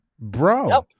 bro